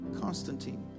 constantine